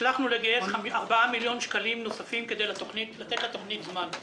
הצלחנו לגייס 4 מיליון שקלים נוספים כדי לתת לתוכנית זמן".